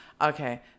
Okay